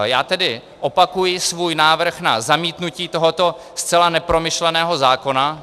Já tedy opakuji svůj návrh na zamítnutí tohoto zcela nepromyšleného zákona.